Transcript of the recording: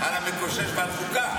על המקושש ועל חוקת?